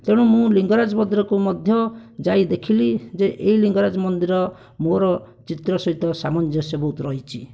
ତେଣୁ ମୁଁ ଲିଙ୍ଗରାଜ ମନ୍ଦିରକୁ ମଧ୍ୟ ଯାଇ ଦେଖିଲି ଯେ ଏହି ଲିଙ୍ଗରାଜ ମନ୍ଦିର ମୋର ଚିତ୍ର ସହିତ ସାମଞ୍ଜସ୍ୟ ବହୁତ ରହିଛି